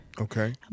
Okay